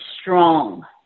strong